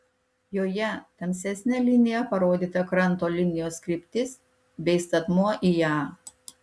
joje tamsesne linija parodyta kranto linijos kryptis bei statmuo į ją